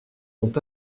ont